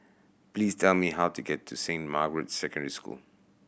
please tell me how to get to Saint Margaret's Secondary School